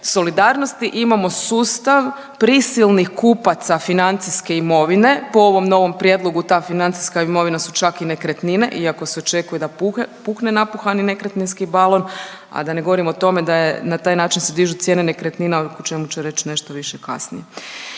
solidarnosti imamo sustav prisilnih kupaca financijske imovine, po ovom novom prijedlogu ta financijska imovina su čak i nekretnine iako se očekuje da pukne napuhani nekretninski balon, a da ne govorim o tome da je, na taj način se dižu cijene nekretnina, o čemu ću reć nešto više kasnije.